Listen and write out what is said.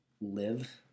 live